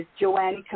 Joanne